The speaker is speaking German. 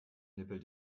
nippel